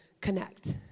connect